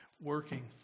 working